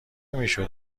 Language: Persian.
میشد